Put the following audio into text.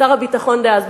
שר הביטחון דאז,